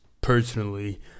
personally